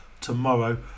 tomorrow